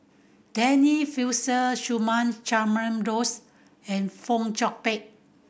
Denise Fletcher Subha Chandra Bose and Fong Chong Pik